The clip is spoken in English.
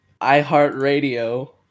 iHeartRadio